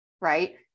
Right